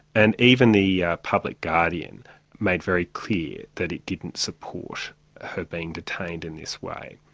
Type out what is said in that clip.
and even the public guardian made very clear that it didn't support her being detained in this way.